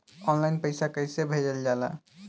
Online पैसा कैसे भेजल जाला?